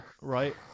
right